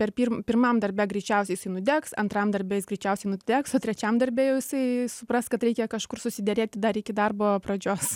per pirm pirmam darbe greičiausiai jisai nudegs antram darbe jis greičiausiai nudegs o trečiam darbe jau jisai supras kad reikia kažkur susiderėti dar iki darbo pradžios